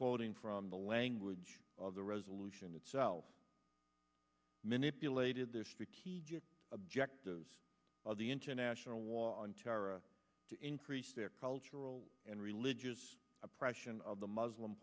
quoting from the language of the resolution itself manipulated their strategic objectives of the international war on terror to increase their cultural and religious oppression of the muslim